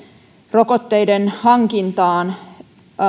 rokotteiden hankintaan